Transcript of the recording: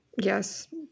Yes